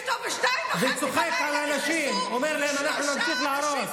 צוחק על האנשים, אומר להם: אנחנו נמשיך להרוס.